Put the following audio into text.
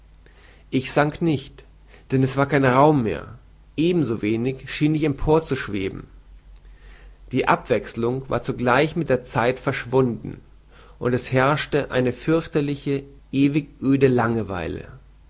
ich sank nicht denn es war kein raum mehr ebenso wenig schien ich emporzuschweben die abwechselung war zugleich mit der zeit verschwunden und es herrschte eine fürchterliche ewig öde langeweile